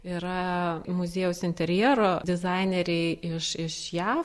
yra muziejaus interjero dizaineriai iš iš jav